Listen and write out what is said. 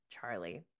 Charlie